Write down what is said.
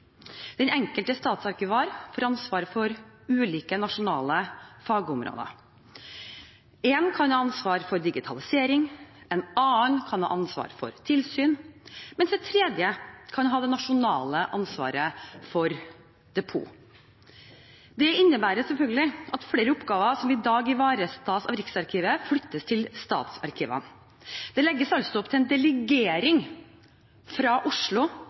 Den enkelte statsarkivar får ansvar for ulike nasjonale fagområder. Én kan ha ansvar for digitalisering, en annen kan ha ansvar for tilsyn, mens en tredje kan ha det nasjonale ansvaret for depot. Det innebærer at flere oppgaver som i dag ivaretas av Riksarkivet, flyttes til statsarkivene. Det legges altså opp til en delegering fra Oslo